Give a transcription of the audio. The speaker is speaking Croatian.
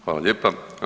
Hvala lijepa.